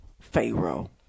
Pharaoh